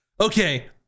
Okay